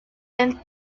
and